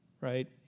right